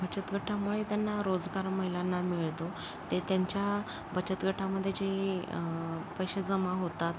बचत गटामुळे त्यांना रोजगार महिलांना मिळतो ते त्यांच्या बचत गटामध्ये जे पैसे जमा होतात